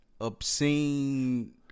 Obscene